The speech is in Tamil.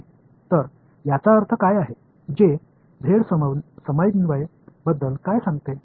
எனவே இதன் அர்த்தம் என்ன z ஒருங்கிணைப்பைப் பற்றி அது என்ன சொல்கிறது